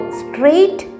straight